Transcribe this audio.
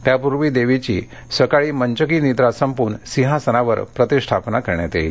त्यापूर्वी देवीची सकाळी मंचकी निद्रा संपून सिंहासनावर प्रतिष्ठापना करण्यात येईल